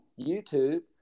YouTube